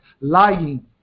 lying